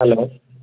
hello